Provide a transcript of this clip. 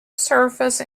surface